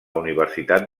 universitat